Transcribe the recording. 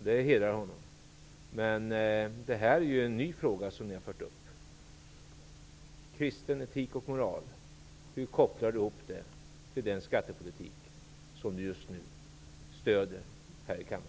Det hedrar honom. Men det här är en ny fråga som ni har fört upp. Hur kopplar Stefan Attefall ihop kristen etik och moral med den skattepolitik som han just nu stödjer här i kammaren?